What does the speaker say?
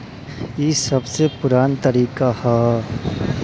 ई सबसे पुरान तरीका हअ